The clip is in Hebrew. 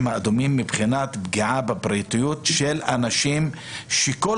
האדומים מבחינת פגיעה בפרטיות של אנשים שכל